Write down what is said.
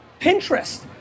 Pinterest